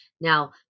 now